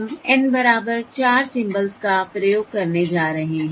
हम N बराबर चार सिंबल्स का प्रयोग करने जा रहे हैं